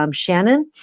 um shannon.